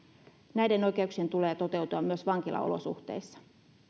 näiden oikeuksien tulee toteutua myös vankilaolosuhteissa